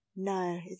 No